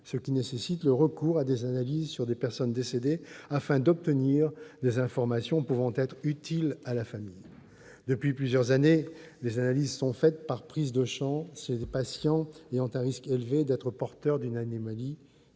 il est nécessaire de recourir à des analyses sur des personnes décédées, afin d'obtenir des informations pouvant être utiles à la famille. Depuis plusieurs années, des analyses sont faites par prises de sang chez des patients ayant un risque élevé d'être porteurs d'une anomalie